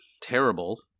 terrible